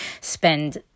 spend